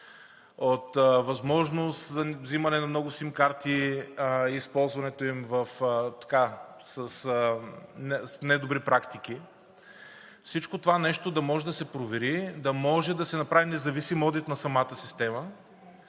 от възможност за вземане на много SIM карти, използването им в недобри практики – всичко това да може да се провери, да може да се направи независим одит на самата система,